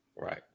Right